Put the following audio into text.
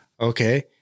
okay